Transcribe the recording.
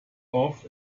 off